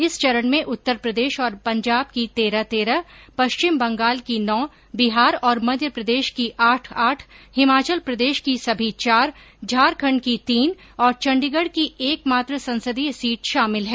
इस चरण में उत्तर प्रदेश और पंजाब की तेरह तेरह पश्चिम बंगाल की नौ बिहार और मध्य प्रदेश की आठ आठ हिमाचल प्रदेश की सभी चार झारखंड की तीन और चंडीगढ़ की एकमात्र संसदीय सीट शामिल है